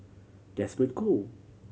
Desmond Choo